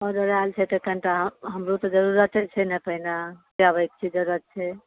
तखन तऽ हमरो तऽ जरूरते छै ने पहिने सियाबै के जरूरत छै